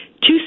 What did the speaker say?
two